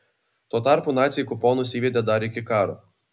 tuo tarpu naciai kuponus įvedė dar iki karo